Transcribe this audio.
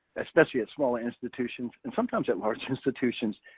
especially at smaller institutions, and sometimes at large institutions,